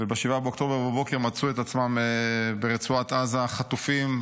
וב-7 באוקטובר בבוקר מצאו את עצמם ברצועת עזה חטופים.